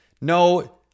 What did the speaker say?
no